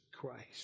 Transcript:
Christ